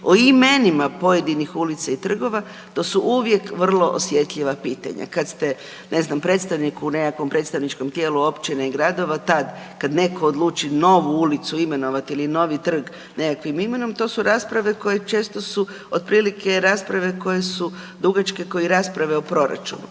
o imenima pojedinih ulica i trgova, to su uvijek vrlo osjetljiva pitanja. Kad ste, ne znam, predstavniku u nekakvom predstavničkom tijelu općina i gradova tad kad neko odluči novu ulicu imenovat ili novi trg nekakvim imenom to su rasprave koje često su otprilike rasprave koje su dugačke ko i rasprave o proračunu.